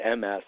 MS